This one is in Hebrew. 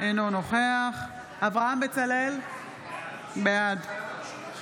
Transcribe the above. אינו נוכח אברהם בצלאל, בעד מאי